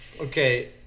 Okay